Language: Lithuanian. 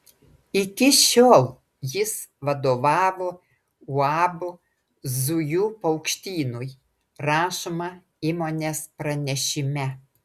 iki šiol jis vadovavo uab zujų paukštynui rašoma įmonės pranešime